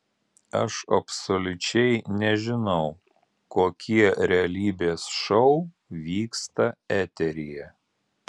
aš absoliučiai nežinau kokie realybės šou vyksta eteryje